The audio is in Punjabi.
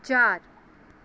ਚਾਰ